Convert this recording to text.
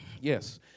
Yes